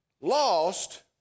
lost